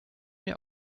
mir